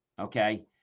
Okay